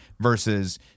versus